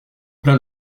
plein